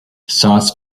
sauce